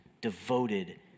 devoted